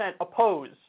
oppose